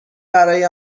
برای